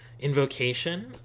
invocation